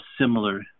similar